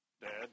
Dad